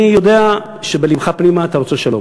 אני יודע שבלבך פנימה אתה רוצה שלום,